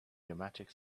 pneumatic